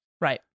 Right